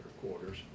quarters